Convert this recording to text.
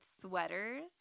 sweaters